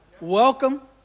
welcome